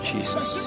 Jesus